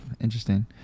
interesting